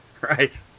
Right